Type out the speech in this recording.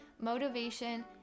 motivation